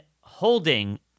holding